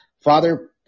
Father